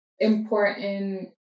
important